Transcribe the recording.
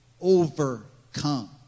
overcome